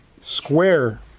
square